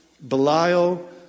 Belial